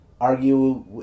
argue